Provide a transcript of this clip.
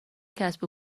کسب